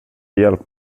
hjälp